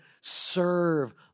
serve